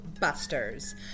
busters